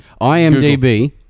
IMDB